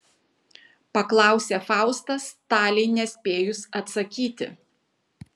paklausė faustas talei nespėjus atsakyti